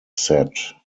set